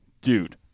Dude